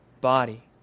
body